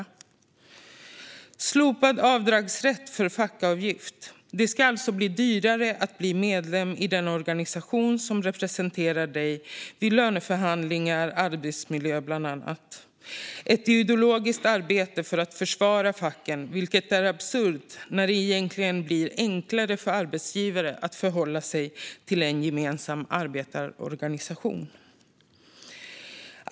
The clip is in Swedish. Ni slopar avdragsrätten för fackavgift. Det ska alltså bli dyrare att bli medlem i den organisation som representerar dig när det gäller bland annat löneförhandlingar och arbetsmiljö. Det är ett ideologiskt arbete för att försvaga facken, vilket är absurt när det egentligen blir enklare för arbetsgivare att förhålla sig till en gemensam arbetarorganisation.